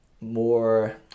more